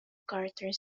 carter